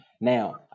Now